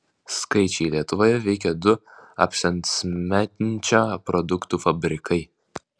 skaičiai lietuvoje veikė du asbestcemenčio produktų fabrikai